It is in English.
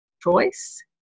Choice